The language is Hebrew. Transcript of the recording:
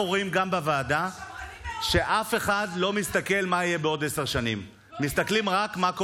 אנחנו רואים גם בוועדה שאף אחד לא מסתכל מה יהיה בעוד עשר שנים,